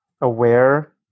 aware